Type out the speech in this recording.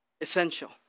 Essential